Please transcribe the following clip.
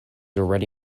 already